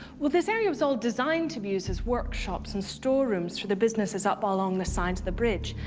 well, this area was all designed to be used as workshops and storerooms for the businesses up ah along the sides of the bridge.